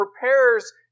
prepares